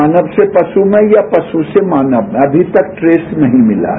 मानव से पशु में या पशु से मानव में अभी तक ट्रेस नहीं मिला है